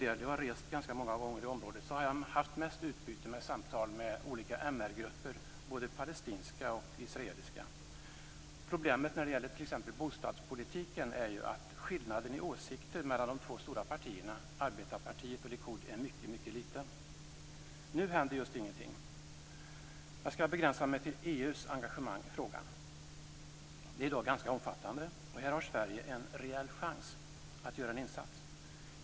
Jag har rest ganska många gånger i området, och jag har haft mest utbyte vid samtal med olika MR-grupper, både palestinska och israeliska. Problemet när det gäller t.ex. bostadspolitiken är ju att skillnaden i åsikter mellan de två stora partierna Arbetarpartiet och Likud är mycket liten. Nu händer just ingenting. Jag skall begränsa mig till EU:s engagemang i frågan. Det är i dag ganska omfattande, och här har Sverige en reell chans att göra en insats.